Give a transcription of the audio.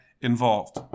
involved